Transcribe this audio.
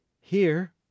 Here